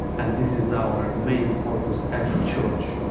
and this is our main purpose, as a church,